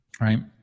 right